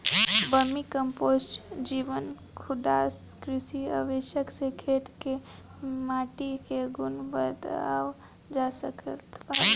vermi compost, जीवाणुखाद, कृषि अवशेष से खेत कअ माटी के गुण बढ़ावल जा सकत हवे